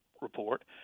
report